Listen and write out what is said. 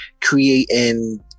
creating